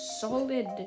solid